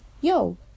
yo